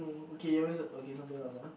okay you always okay something else ah